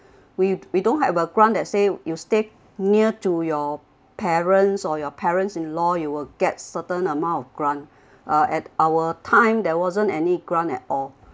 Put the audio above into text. we we don't have a grant that say you stay near to your parents or your parents in law you will get certain amount of grant uh at our time there wasn't any grant at all